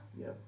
Yes